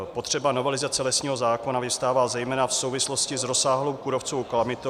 Potřeba novelizace lesního zákona vyvstává zejména v souvislosti s rozsáhlou kůrovcovou kalamitou